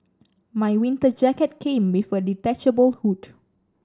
my winter jacket came with a detachable hood